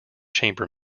chamber